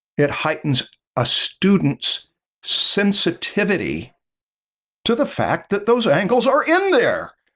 it heightens a student's sensitivity to the fact that those angles are in there.